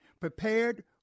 prepared